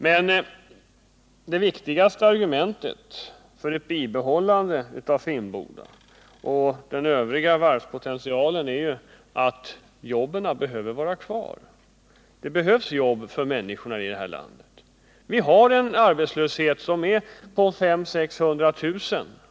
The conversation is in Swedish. Men det viktigaste argumentet för ett bibehållande av Finnboda och den övriga varvspotentialen är ju att jobben behöver vara kvar — det behövs jobb för människorna i det här landet. Vi har en arbetslöshet på 500 000-600 000 människor.